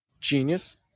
Genius